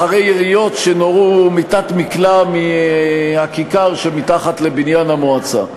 אחרי יריות שנורו מתת-מקלע מהכיכר שמתחת לבניין המועצה.